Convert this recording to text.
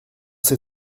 ces